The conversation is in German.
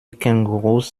kängurus